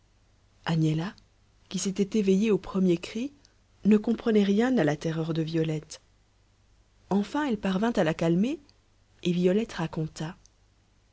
agnella qui s'était éveillée au premier cri ne comprenait rien à la terreur de violette enfin elle parvint à la calmer et violette raconta